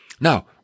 Now